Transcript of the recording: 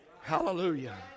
Hallelujah